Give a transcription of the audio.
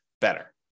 better